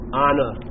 honor